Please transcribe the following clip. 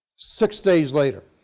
six days later.